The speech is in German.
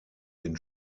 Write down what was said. den